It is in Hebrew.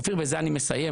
אופיר, בזה אני מסיים,